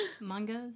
mangas